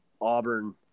Auburn